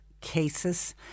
cases